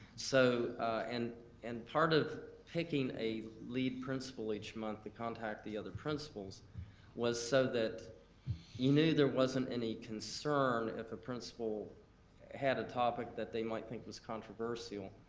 so and and part of picking a lead principal each month to contact the other principals was so that you knew there wasn't any concern if a principal had a topic that they might think was controversial,